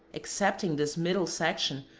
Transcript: excepting this middle section,